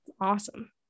Awesome